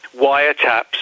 wiretaps